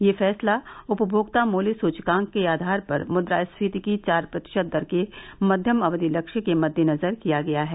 यह फैसला उपभोक्ता मूल्य सूचकांक के आधार पर मुद्रास्फीति की चार प्रतिशत दर के मध्यम अवधि लक्ष्य के मद्देनजर किया गया है